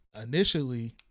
initially